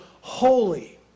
holy